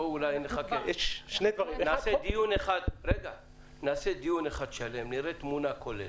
אולי נחכה ונעשה דיון אחד שלם, נראה תמונה כוללת,